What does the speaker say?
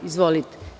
Izvolite.